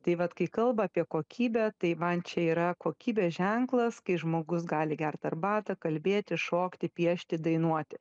tai vat kai kalba apie kokybę tai man čia yra kokybės ženklas kai žmogus gali gert arbatą kalbėti šokti piešti dainuoti